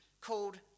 called